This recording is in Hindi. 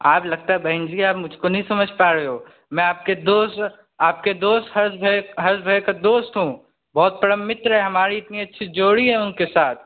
आप लगता है बहन जी आप मुझको नहीं समझ पा रहे हो मैं आपके दोस्त आपके दोस्त हर्ष भे हर्ष भैया का दोस्त हूँ बहुत परम मित्र हैं हमारी इतनी अच्छी जोड़ी है उनके साथ